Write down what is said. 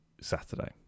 saturday